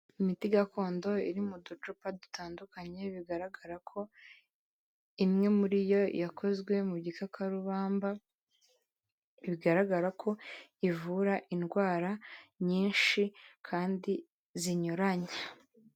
Imiti gakondo iri mu ducupa dutandukanye bigaragara ko imwe muri yo yakozwe mu gikakarubamba bigaragara ko ivura indwara nyinshi kandi zinyuranye.